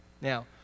Now